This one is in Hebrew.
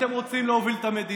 אתם רוצים להוביל את המדינה,